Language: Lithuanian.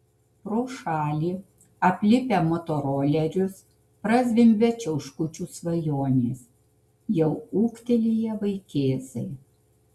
pro šalį aplipę motorolerius prazvimbia čiauškučių svajonės jau ūgtelėję vaikėzai